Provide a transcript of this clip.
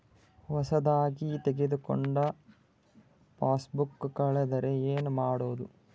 ಹೊಸದಾಗಿ ತೆಗೆದುಕೊಂಡ ಪಾಸ್ಬುಕ್ ಕಳೆದರೆ ಏನು ಮಾಡೋದು?